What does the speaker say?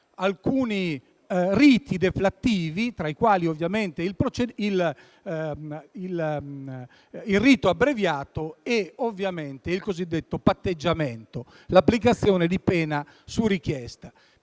alcuni riti deflattivi, tra i quali il rito abbreviato e il cosiddetto patteggiamento, l'applicazione di pena su richiesta.